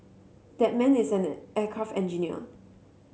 that man is an aircraft engineer